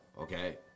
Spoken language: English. okay